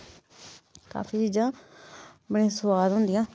काफी चीजां बड़ी सोआद होंदियां